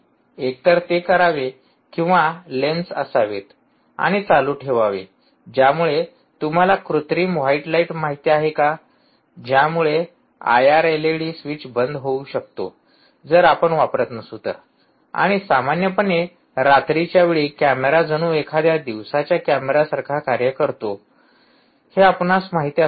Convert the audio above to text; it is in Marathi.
एकतर ते करावे किंवा लेन्स असावेत आणि चालू ठेवावे ज्यामुळे तुम्हाला कृत्रिम व्हाइट लाइट माहित आहे का ज्यामुळे आयआर एलईडी स्विच बंद होऊ शकतो जर आपण वापरत नसू तर आणि सामान्यपणे रात्रीच्या वेळी कॅमेरा जणू एखाद्या दिवसाच्या कॅमेरासारखा कार्य करतो हे आपणास माहित असेलच